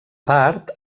part